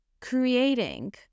creating